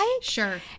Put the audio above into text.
Sure